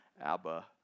Abba